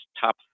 top